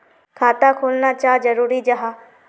खाता खोलना चाँ जरुरी जाहा?